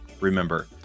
Remember